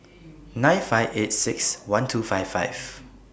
nine five eight six one two five five